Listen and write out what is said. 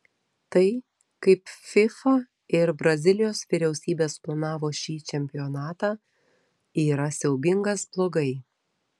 tai kaip fifa ir brazilijos vyriausybė suplanavo šį čempionatą yra siaubingas blogai